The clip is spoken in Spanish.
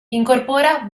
incorpora